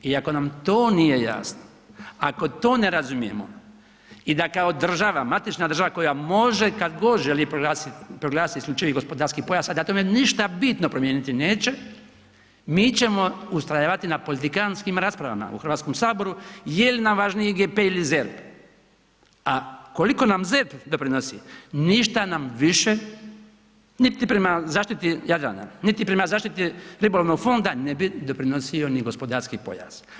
I ako nam to nije jasno, ako to ne razumijemo i da kao država, matična država koja može kad god želi proglasit isključivi gospodarski pojas, a da tome ništa bitno promijeniti neće, mi ćemo ustrajavati na politikantskim raspravama u HS jel nam važniji IGP ili ZERP, a koliko nam ZERP doprinosi, ništa nam više, niti prema zaštiti Jadrana, niti prema zaštiti ribolovnog fonda ne bi doprinosio ni gospodarski pojas.